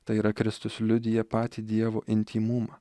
tai yra kristus liudija patį dievo intymumą